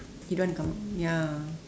he don't want to come out ya